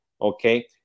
okay